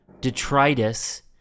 detritus